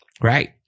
right